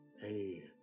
Hey